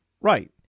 Right